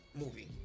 movie